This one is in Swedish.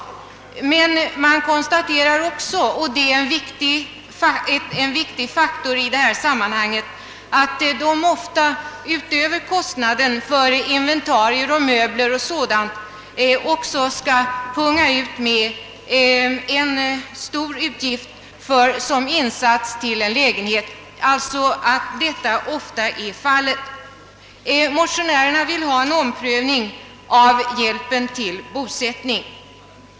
Emellertid konstateras också, och det är en viktig faktor i detta sammanhang, att de ofta utöver kostnaden för inventarier, möbler och sådant även måste vidkännas en stor utgift för insats till en lägenhet. Motionärerna vill därför ha en omprövning av hjälpen till bosättning.